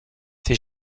ses